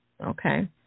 Okay